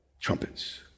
trumpets